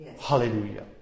Hallelujah